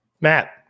Matt